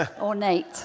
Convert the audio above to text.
ornate